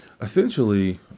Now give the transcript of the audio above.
Essentially